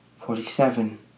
Forty-seven